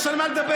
יש על מה נדבר,